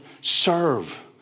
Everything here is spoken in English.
serve